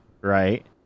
right